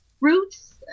roots